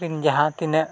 ᱫᱤᱱ ᱡᱟᱦᱟᱸ ᱛᱤᱱᱟᱹᱜ